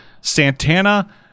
Santana